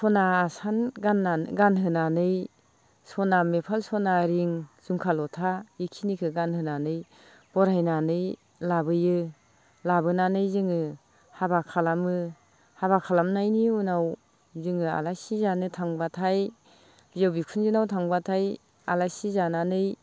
सना आसान गानहोनानै सना मेफाल सना रिं जुमखा लथा बेखिनिखौ गानहोनानै बरायनानै लाबोयो लाबोनानै जोङो हाबा खालामो हाबा खालामनायनि उनाव जोङो आलासि जानो थांबाथाय बिहाव बिखुनजोनाव थांबाथाय आलासि जानानै